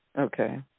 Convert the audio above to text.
Okay